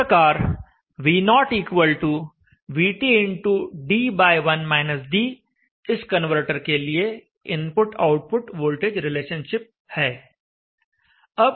इस प्रकार V0VTd इस कन्वर्टर के लिए इनपुट आउटपुट वोल्टेज रिलेशनशिप है